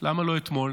למה לא אתמול?